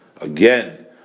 Again